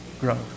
grow